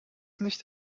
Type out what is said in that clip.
nicht